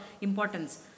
importance